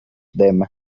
them